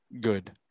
good